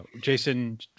Jason